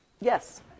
yes